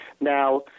Now